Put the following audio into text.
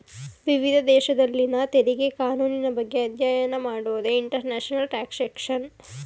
ವಿವಿಧ ದೇಶದಲ್ಲಿನ ತೆರಿಗೆ ಕಾನೂನಿನ ಬಗ್ಗೆ ಅಧ್ಯಯನ ಮಾಡೋದೇ ಇಂಟರ್ನ್ಯಾಷನಲ್ ಟ್ಯಾಕ್ಸ್ಯೇಷನ್